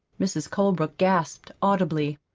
mrs. colebrook gasped audibly.